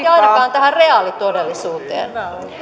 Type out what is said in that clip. tähän reaalitodellisuuteen